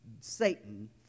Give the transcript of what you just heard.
Satan